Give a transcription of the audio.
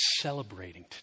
celebrating